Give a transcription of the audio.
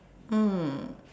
mm